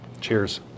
Cheers